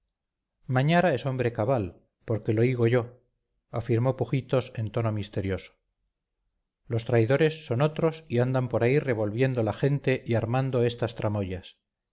mañara mañara es hombre cabal porque lo igo yo afirmó pujitos en tono misterioso los traidores son otros y andan por ahí revolviendo la gente y armando estas tramoyas